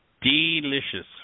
delicious